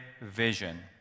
vision